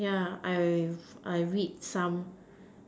ya I I wave I read some